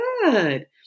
good